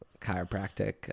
chiropractic